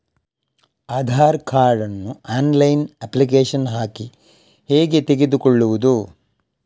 Aadhaar card ನ್ನು online application ಹಾಕಿ ಹೇಗೆ ತೆಗೆದುಕೊಳ್ಳುವುದು?